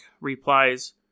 replies